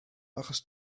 achos